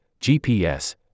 GPS